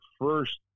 first